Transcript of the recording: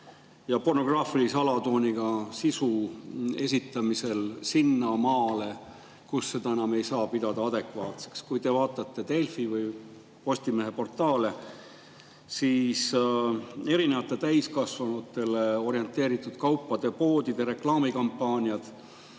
ja pornograafilise alatooniga sisu esitamisel sinnamaale, kus seda enam ei saa pidada adekvaatseks. Kui te vaatate Delfi või Postimehe portaale, siis täiskasvanutele orienteeritud kaupade-poodide reklaamikampaaniad